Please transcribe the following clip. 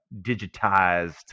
digitized